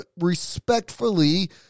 respectfully